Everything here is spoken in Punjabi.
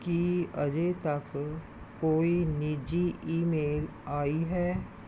ਕੀ ਅਜੇ ਤੱਕ ਕੋਈ ਨਿਜੀ ਈਮੇਲ ਆਈ ਹੈ